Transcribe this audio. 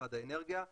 למשרד האנרגיה,